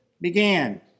began